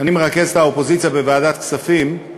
אני מרכז את האופוזיציה בוועדת הכספים,